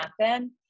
happen